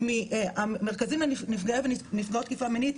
מהמרכזים לנפגעי ונפגעות תקיפה מינית,